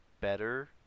better